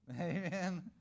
Amen